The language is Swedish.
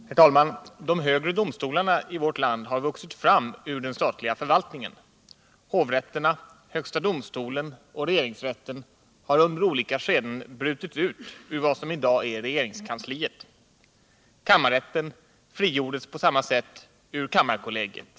Herr talman! De högre domstolarna i vårt land har vuxit fram ur den statliga förvaltningen. Hovrätterna, högsta domstolen och regeringsrätten har under olika skeden brutits ut ur vad som i dag är regeringskansliet. Kammarrätten frigjordes på samma sätt ur kammarkollegiet.